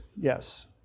Yes